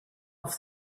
off